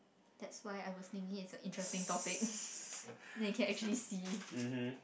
that's why I was thinking it's a interesting topic then you can actually see